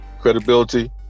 Credibility